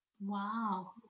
Wow